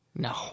No